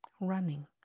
running